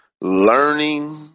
learning